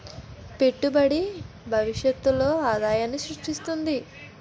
పెట్టుబడి భవిష్యత్తులో ఆదాయాన్ని స్రృష్టిస్తుంది